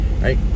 right